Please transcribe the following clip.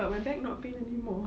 but my back not pain anymore